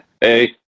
Hey